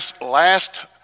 last